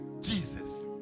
Jesus